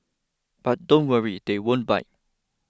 but don't worry they won't bite